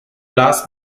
las